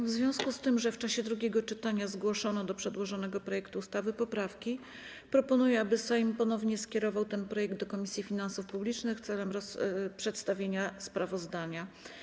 W związku z tym, że w czasie drugiego czytania zgłoszono do przedłożonego projektu ustawy poprawki, proponuję, aby Sejm ponownie skierował ten projekt do Komisji Finansów Publicznych w celu przedstawienia sprawozdania.